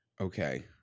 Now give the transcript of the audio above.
Okay